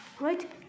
right